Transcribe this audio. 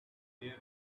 their